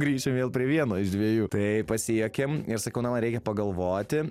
grįšim vėl prie vieno iš dviejų tai pasijuokėm ir sakau na man reikia pagalvoti